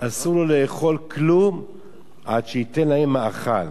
אסור לו לאכול כלום עד שייתן להן מאכל.